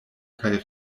kaj